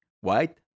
white